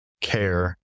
care